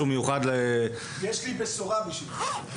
בשבילך.